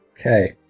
Okay